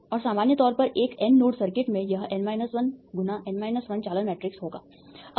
और सामान्य तौर पर एक n नोड सर्किट में यह n 1 × n 1 चालन मैट्रिक्स होगा